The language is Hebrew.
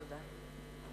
תודה.